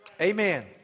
Amen